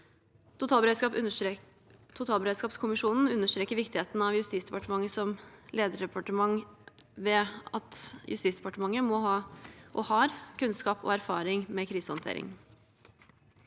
Totalberedskapskommisjonen understreker viktigheten av Justisdepartementet som lederdepartement ved at Justisdepartementet må ha, og har, kunnskap om og erfaring med krisehåndtering.